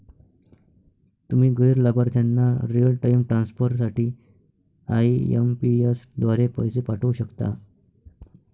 तुम्ही गैर लाभार्थ्यांना रिअल टाइम ट्रान्सफर साठी आई.एम.पी.एस द्वारे पैसे पाठवू शकता